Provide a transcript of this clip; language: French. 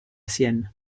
sienne